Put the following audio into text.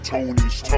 Tony's